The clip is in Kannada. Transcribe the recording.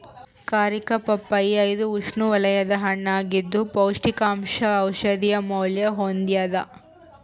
ಕಾರಿಕಾ ಪಪ್ಪಾಯಿ ಇದು ಉಷ್ಣವಲಯದ ಹಣ್ಣಾಗಿದ್ದು ಪೌಷ್ಟಿಕಾಂಶ ಔಷಧೀಯ ಮೌಲ್ಯ ಹೊಂದ್ಯಾದ